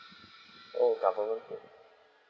oh government paid